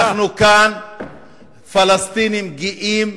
אנחנו כאן פלסטינים גאים,